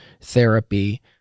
therapy